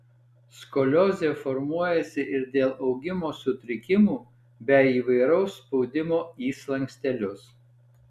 skoliozė formuojasi ir dėl augimo sutrikimų bei įvairaus spaudimo į slankstelius